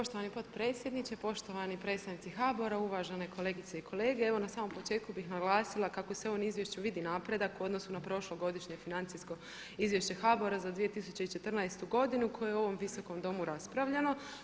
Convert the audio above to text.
Poštovani potpredsjedniče, poštovani predstavnici HBOR-a, uvažene kolegice i kolege evo na samom početku bih naglasila kako se u ovom izvješću vidi napredak u odnosu na prošlogodišnje financijsko izvješće HBOR-a za 2014. godinu koje u ovom visokom domu raspravljano.